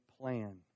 Plan